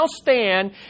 stand